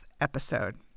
episode